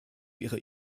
ihrer